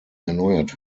erneuert